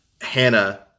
Hannah